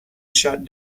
shut